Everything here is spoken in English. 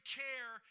care